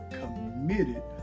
committed